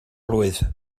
blwydd